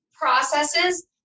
processes